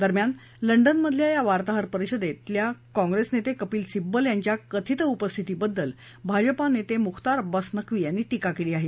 दरम्यान लंडनमधल्या या वार्ताहर परिषदेतल्या काँग्रेस नेते कपील सिब्बल यांच्या कथित उपस्थितीबद्दल भाजपा नेते मुख्तार अब्बास नक्वी यांनी टीका केली आहे